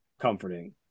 comforting